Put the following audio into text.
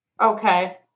Okay